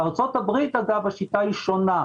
אגב, בארצות הברית השיטה היא שונה.